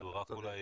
רק אולי